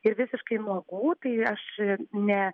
ir visiškai nuogų tai aš ne